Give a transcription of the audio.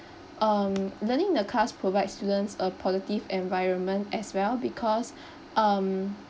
um learning the class provide students a positive environment as well because um